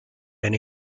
eine